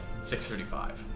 6.35